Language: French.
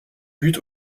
but